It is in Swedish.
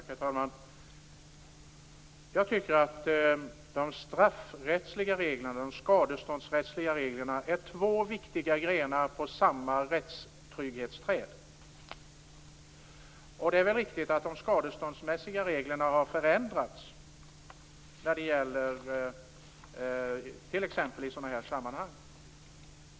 Herr talman! Jag tycker att de straffrättsliga och de skadeståndsrättsliga reglerna är två viktiga grenar på samma rättstrygghetsträd. Det är väl riktigt att de skadeståndsmässiga reglerna har förändrats t.ex. i sådana här sammanhang.